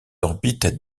orbites